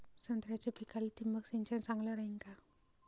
संत्र्याच्या पिकाले थिंबक सिंचन चांगलं रायीन का?